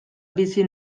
bizi